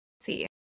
see